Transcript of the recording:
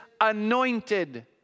anointed